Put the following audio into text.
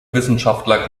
wissenschaftler